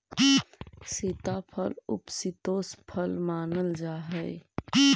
सीताफल उपशीतोष्ण फल मानल जा हाई